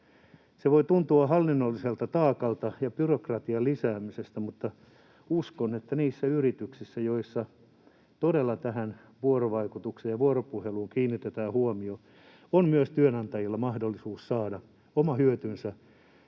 Se voi tuntua hallinnolliselta taakalta ja byrokratian lisäämiseltä, mutta uskon, että niissä yrityksissä, joissa todella tähän vuorovaikutukseen ja vuoropuheluun kiinnitetään huomiota, on myös työnantajilla mahdollisuus saada oma hyötynsä